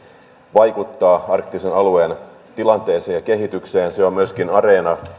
vaikuttaa arktisen alueen tilanteeseen ja kehitykseen se on myöskin areena